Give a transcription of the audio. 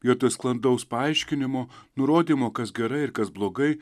vietoj sklandaus paaiškinimo nurodymo kas gerai ir kas blogai